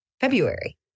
February